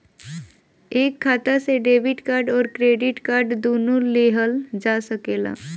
एक खाता से डेबिट कार्ड और क्रेडिट कार्ड दुनु लेहल जा सकेला?